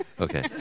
Okay